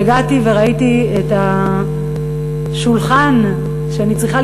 הגעתי וראיתי את השולחן שאני צריכה